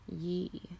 yee